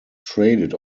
traded